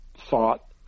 thought